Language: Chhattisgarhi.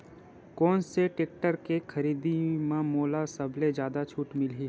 कोन से टेक्टर के खरीदी म मोला सबले जादा छुट मिलही?